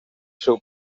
seu